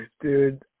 dude